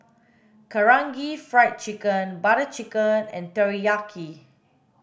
Karaage Fried Chicken Butter Chicken and Teriyaki